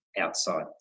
outside